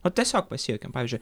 vat tiesiog pasijuokėm pavyzdžiui